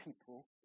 people